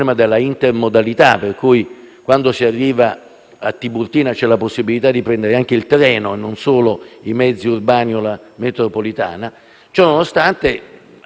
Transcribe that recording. a Tiburtina c'è la possibilità di prendere anche il treno e non solo i mezzi urbani o la metropolitana. Appare infatti evidente che questa è una risposta